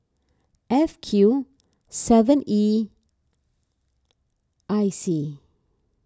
F Q seven E I C